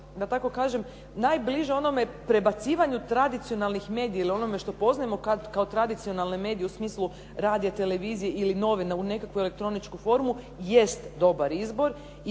što bi bilo najbliže onome prebacivanju tradicionalnih medija ili onome što poznajemo kao tradicionalne medije u smislu radija, televizije ili novina u nekakvu elektroničku formu jest dobar izbor